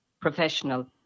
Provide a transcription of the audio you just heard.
professional